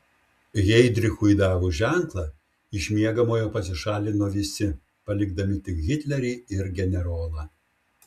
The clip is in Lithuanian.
heidrichui davus ženklą iš miegamojo pasišalino visi palikdami tik hitlerį ir generolą